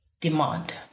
demand